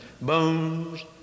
Bones